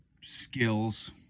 skills